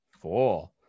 Four